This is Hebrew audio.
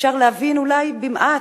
אפשר להבין, אולי במעט,